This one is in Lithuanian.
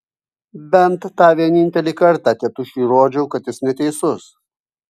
bent tą vienintelį kartą tėtušiui įrodžiau kad jis neteisus